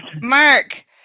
Mark